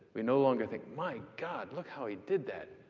we no longer think, my god, look how he did that.